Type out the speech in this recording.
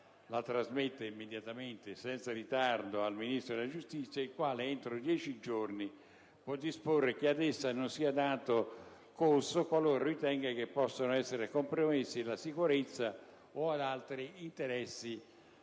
la trasmetta immediatamente, senza ritardo, al Ministro della giustizia, il quale entro dieci giorni può disporre che ad essa non sia dato corso qualora ritenga che possano essere compromessi la sicurezza o altri interessi